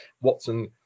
Watson